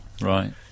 right